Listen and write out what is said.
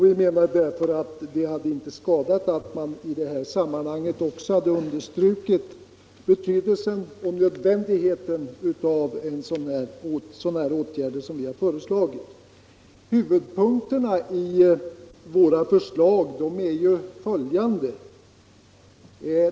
Vi menar därför att det inte hade skadat om man i detta sammanhang hade understrukit betydelsen och nödvändigheten av sådana åtgärder som vi har föreslagit. Huvudpunkterna i våra förslag är följande.